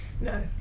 No